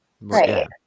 right